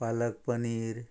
palak paneer